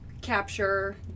capture